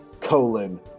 Colon